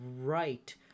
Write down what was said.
right